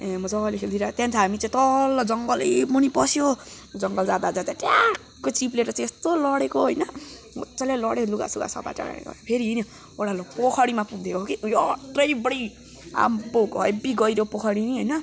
मजाले खेलदिइरहेको हामी चाहिँ तल जङ्गलैमुनि पस्यो जङ्गल जाँदा जाँदा ट्याक्कै चिप्लेर चाहिँ यस्तो लडेको होइन मजाले लड्यो लुगासुघा सफा फेरि हिँड्यो ओह्रालो पोखरीमा पुगेको कि यत्रो बडे आम्बो हेब्बी गहिरो पोखरी नि होइन